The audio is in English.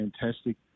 fantastic